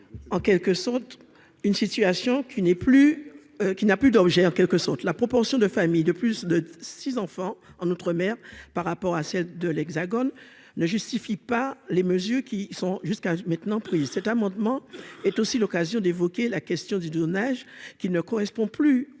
en quelque sorte une situation qui n'est plus qu'il n'a plus d'objet en quelque sorte la proportion de familles de plus de 6 enfants en outre-mer par rapport à celle de l'Hexagone ne justifie pas les mesures qui sont jusqu'à maintenant prise cet amendement est aussi l'occasion d'évoquer la question du de neige qui ne correspond plus